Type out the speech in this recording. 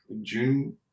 June